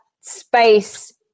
space